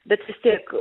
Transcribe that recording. bet vis tiek